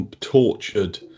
tortured